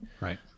Right